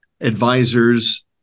advisors